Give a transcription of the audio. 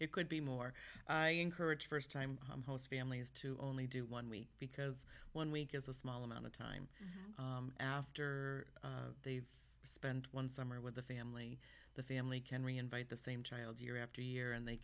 it could be more encourage first time host families to only do one week because one week is a small amount of time after they've spent one summer with the family the family can reinvent the same child year after year and they